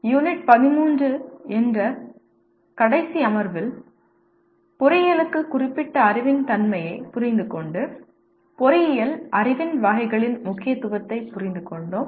unit 13 என்ற கடைசி அமர்வில் பொறியியலுக்கு குறிப்பிட்ட அறிவின் தன்மையைப் புரிந்துகொண்டு பொறியியல் அறிவின் வகைகளின் முக்கியத்துவத்தைப் புரிந்துகொண்டோம்